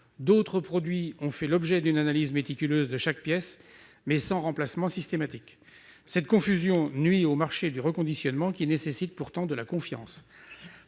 D'autres ont fait l'objet d'une analyse méticuleuse de chaque pièce, mais sans remplacement systématique. Cette confusion nuit au marché du reconditionnement, qui nécessite de la confiance.